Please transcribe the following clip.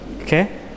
Okay